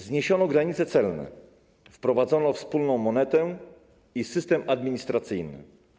Zniesiono granice celne, wprowadzono wspólną monetę i system administracyjny.